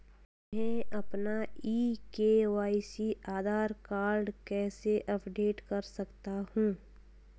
मैं अपना e KYC Aadhaar card कैसे अपडेट कर सकता हूँ?